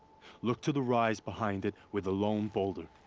look to the rise behind it, with a lone boulder.